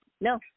No